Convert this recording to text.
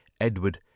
Edward